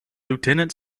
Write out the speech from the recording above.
lieutenant